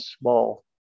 small